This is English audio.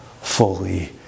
fully